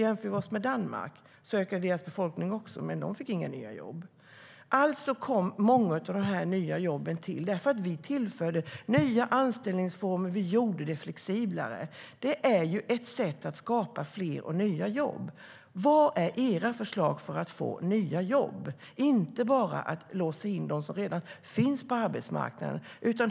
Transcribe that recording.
Vi kan jämföra oss med Danmark, där befolkningen också ökade, men de fick inga nya jobb. Alltså tillkom många av dessa nya jobb därför att vi tillförde nya anställningsformer och ökade flexibiliteten. Det är ett sätt att skapa fler och nya jobb. Vilka förslag har ni för att få nya jobb och inte bara låsa in de människor som redan finns på arbetsmarknaden?